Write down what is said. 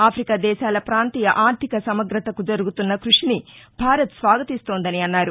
Africa దేశాల ప్రాంతీయ ఆర్గిక సమగ్రతకు జరుగుతున్న క్బషిని భారత్ స్వాగతిస్తోందని అన్నారు